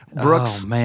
Brooks